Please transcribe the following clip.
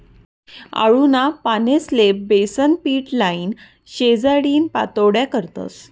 आळूना पानेस्ले बेसनपीट लाईन, शिजाडीन पाट्योड्या करतस